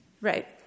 Right